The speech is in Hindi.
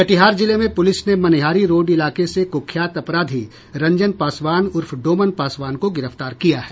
कटिहार जिले में पुलिस ने मनिहारी रोड इलाके से कुख्यात अपराधी रंजन पासवान उर्फ डोमन पासवान को गिरफ्तार किया है